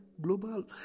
global